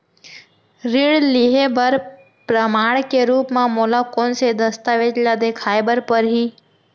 ऋण लिहे बर प्रमाण के रूप मा मोला कोन से दस्तावेज ला देखाय बर परही?